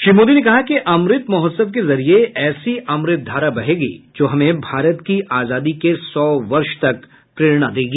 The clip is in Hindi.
श्री मोदी ने कहा कि अमृत महोत्सव के जरिये ऐसी अमृतधारा बहेगी जो हमें भारत की आजादी के सौ वर्ष तक प्रेरणा देगी